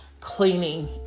cleaning